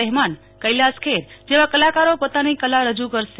રહેમાન કૈલાસ ખેર જેવા કલાકારો પોતાની કલા રજૂ કરશે